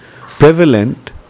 prevalent